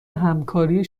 همکاری